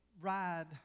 ride